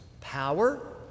power